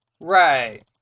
Right